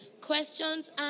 Questions